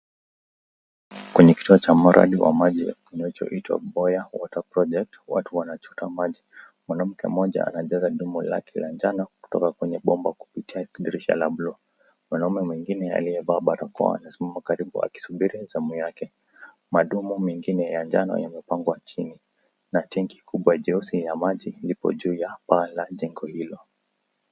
Kwenye kituo cha mradi wa maji kinachoitwa Boya Water Project watu wanachota maji , mwanamke mmoja anajaza dumbo lake la njano kutoka kwenye bomba kupitia dirisha la bluu . Mwanaume mwingine aliyevaa barakoa anasimama karibu akisubiri zamu yake. Madumo mengine ya njano yamepangwa chini na tenki kubwa jeusi la maji lipo juu ya paa ya jeengo hilo.